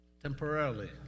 temporarily